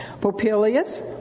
Popilius